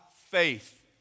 faith